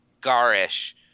garish